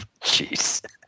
jeez